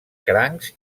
crancs